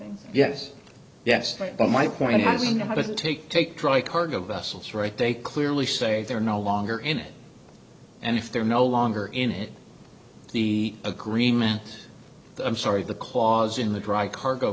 things yes yes but my point is we know how to take take dry cargo vessels right they clearly say they're no longer in it and if they're no longer in the agreement i'm sorry the clause in the dry cargo